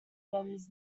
adams